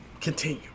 continue